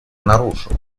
нарушил